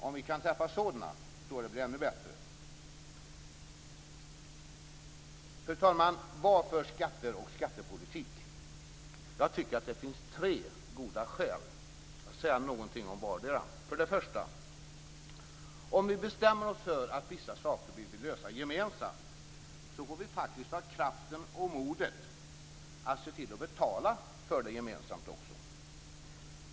Om vi kan träffa sådana tror jag att det blir ännu bättre. Fru talman! Varför skatter och skattepolitik? Jag tycker att det finns tre goda skäl. Jag skall säga någonting om vartdera. Om vi bestämmer oss för att vi skall lösa vissa saker gemensamt får vi faktiskt ha kraften och modet att se till att betala för det gemensamt också.